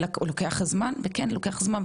וזה לוקח זמן וכן לוקח זמן,